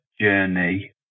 journey